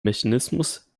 mechanismus